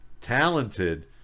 talented